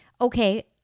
okay